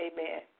Amen